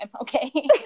Okay